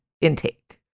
intake